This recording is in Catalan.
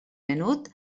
menut